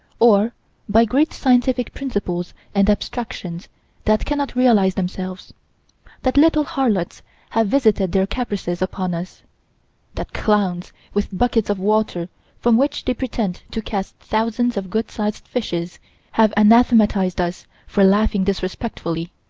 or by great scientific principles and abstractions that cannot realize themselves that little harlots have visited their caprices upon us that clowns, with buckets of water from which they pretend to cast thousands of good-sized fishes have anathematized us for laughing disrespectfully,